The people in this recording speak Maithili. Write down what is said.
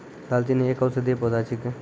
दालचीनी एक औषधीय पौधा छिकै